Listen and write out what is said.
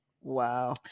Wow